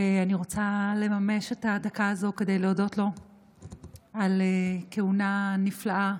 ואני רוצה לממש את הדקה הזאת כדי להודות לו על כהונה נפלאה,